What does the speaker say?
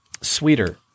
sweeter